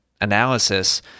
analysis